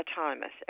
autonomous